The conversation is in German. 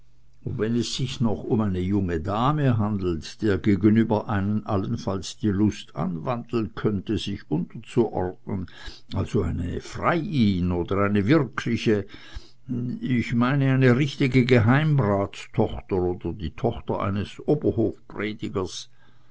und wenn es sich noch um eine junge dame handelte der gegenüber einen allenfalls die lust anwandeln könnte sich unterzuordnen also eine freiin oder eine wirkliche ich meine eine richtige geheimeratstochter oder die tochter eines